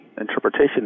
interpretation